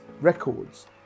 records